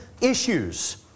issues